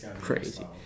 crazy